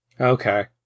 Okay